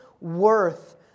worth